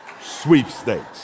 sweepstakes